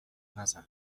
نزن